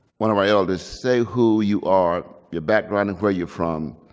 one of our elders say who you are, your background, and where you're from,